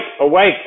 awake